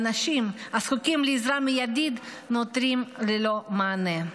האנשים הזקוקים לעזרה מיידית נותרים ללא מענה.